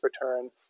returns